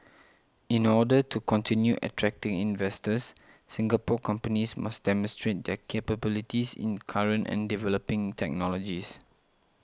in order to continue attracting investors Singapore companies must demonstrate their capabilities in current and developing technologies